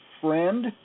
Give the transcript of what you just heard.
friend